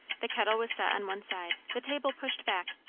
the kettle was set on one side, the table pushed back,